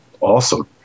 Awesome